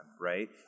right